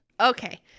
okay